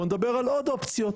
בוא נדבר על עוד אופציות,